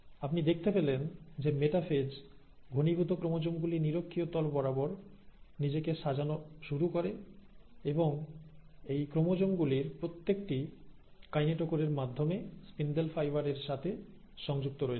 আপনি দেখতে পেলেন যে মেটাফেজ ঘনীভূত ক্রোমোজোম গুলি নিরক্ষীয় তল বরাবর নিজেকে সাজানো শুরু করে এবং এই ক্রোমোজোম গুলির প্রত্যেকটি কাইনেটোকোর এর মাধ্যমে স্পিন্ডেল ফাইবার এর সাথে সংযুক্ত রয়েছে